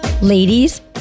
Ladies